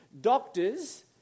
Doctors